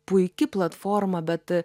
puiki platforma bet